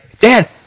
dad